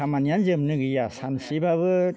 खामानिआनो जोबनो गैया सानसेब्लाबो